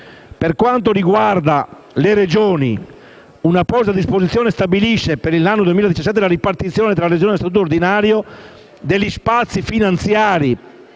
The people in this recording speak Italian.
Per quanto riguarda le Regioni, un'apposita disposizione stabilisce, per l'anno 2017, la ripartizione tra le Regioni a Statuto ordinario degli spazi finanziari